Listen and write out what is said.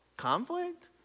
conflict